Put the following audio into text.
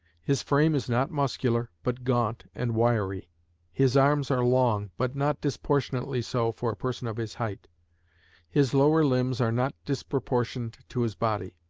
his frame is not muscular, but gaunt and wiry his arms are long, but not disproportionately so for a person of his height his lower limbs are not disproportioned to his body.